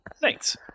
Thanks